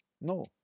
No